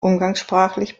umgangssprachlich